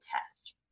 test